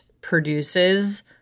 produces